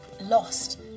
lost